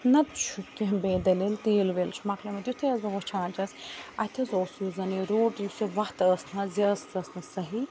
نَہ تہٕ چھُ کیٚنٛہہ بیٚیہ دلیٖل تیٖل ویٖل چھُ مۄکلیٛومُت یُتھُے حظ بہٕ وُچھان چھیٚس اَتہِ حظ اوس یُس زَن یہِ روٗٹ یۄس یہِ وَتھ ٲس نَہ حظ یہِ ٲس سۄ ٲس نہٕ صحیٖح